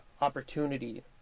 opportunity